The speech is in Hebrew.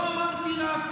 -- לא אמרתי רק.